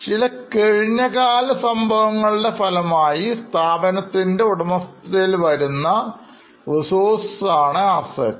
ചില കഴിഞ്ഞകാല സംഭവങ്ങളുടെഫലമായി സ്ഥാപനത്തിൻറെ ഉടമസ്ഥതയിൽ വരുന്ന Resources ആണ് Assets